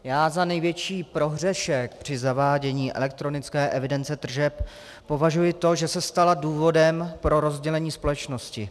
Já za největší prohřešek při zavádění elektronické evidence tržeb považuji to, že se stala důvodem pro rozdělení společnosti.